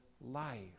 life